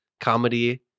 comedy